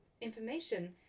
information